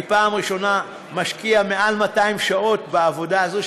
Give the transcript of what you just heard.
אני פעם ראשונה משקיע מעל 200 שעות בוועדה הזאת,